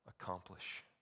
accomplish